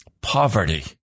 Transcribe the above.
poverty